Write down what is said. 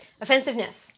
Offensiveness